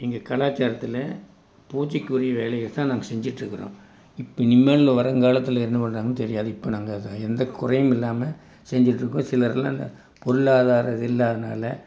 எங்கள் கலாச்சாரத்தில் பூஜைக்குரிய வேலைகள் தான் நாங்கள் செஞ்சுட்டு இருக்கிறோம் இப்போ இனிமேல் வருங்காலத்தில் என்ன பண்ணுறாங்கனு தெரியாது இப்போ நாங்கள் அதை எந்த குறையும் இல்லாமல் செஞ்சுட்டு இருக்கோம் சிலரெலாம் அந்த பொருளாதார அது இல்லாததினால